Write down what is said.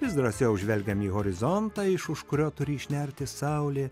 vis drąsiau žvelgiam į horizontą iš už kurio turi išnerti saulė